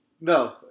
No